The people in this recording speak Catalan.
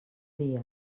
dia